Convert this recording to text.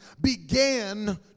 began